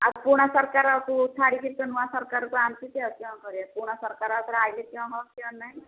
ଆଉ ପୁରୁଣା ସରକାରକୁ ଛାଡ଼ିକି ତ ନୂଆ ସରକାରକୁ ଆଣିଛନ୍ତି ଆଉ କ'ଣ କରିବା ପୁରୁଣା ସରକାର ଆଉଥରେ ଆସିଲେ କ'ଣ ହବ କ'ଣ ନାହିଁ